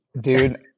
Dude